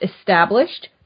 established